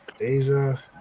Asia